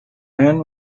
end